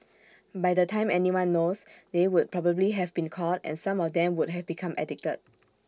by the time anyone knows they would probably have been caught and some of them would have become addicted